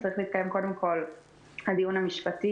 צריך להתקיים קודם כול הדיון המשפטי